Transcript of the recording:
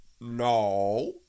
No